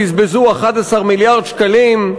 בזבזו 11 מיליארד שקלים,